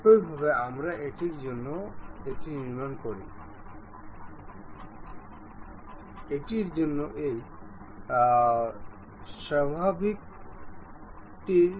এটি করার জন্য আমরা এটি আবার অ্যাসেম্বল করব যা আমরা আগে শিখেছি